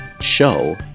show